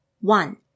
one